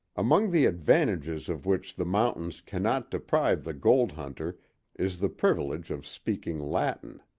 among the advantages of which the mountains cannot deprive the gold-hunter is the privilege of speaking latin.